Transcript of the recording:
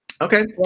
okay